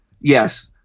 Yes